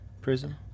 Prism